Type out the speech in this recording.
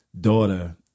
daughter